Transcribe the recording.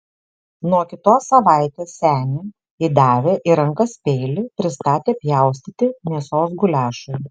nuo kitos savaitės senį įdavę į rankas peilį pristatė pjaustyti mėsos guliašui